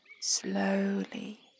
slowly